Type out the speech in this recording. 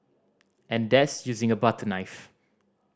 and that's using a butter knife